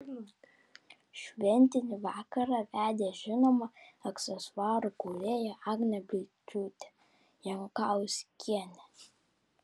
šventinį vakarą vedė žinoma aksesuarų kūrėja agnė byčiūtė jankauskienė